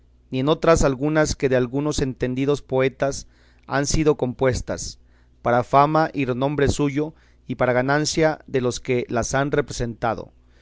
ni en otras algunas que de algunos entendidos poetas han sido compuestas para fama y renombre suyo y para ganancia de los que las han representado